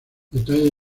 detalle